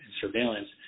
surveillance